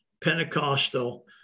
Pentecostal